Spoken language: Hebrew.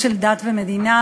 משרד הרווחה והרשויות המקומיות,